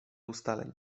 ustaleń